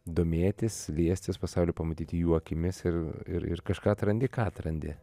domėtis liestis pasauliui pamatyti jų akimis ir ir kažką atrandi ką atrandi